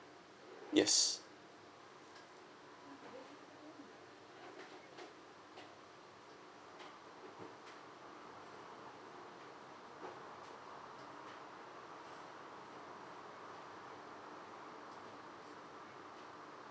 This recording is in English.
yes